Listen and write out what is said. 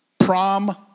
prom